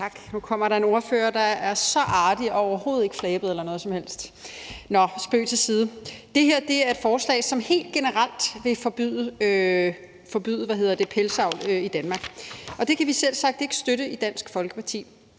Nu kommer der en ordfører, der er artig og overhovedet ikke flabet eller noget som helst – nå, spøg til side. Det her er et forslag om helt generelt at forbyde pelsdyravl i Danmark, og det kan vi selvsagt ikke støtte i Dansk Folkeparti.